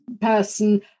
person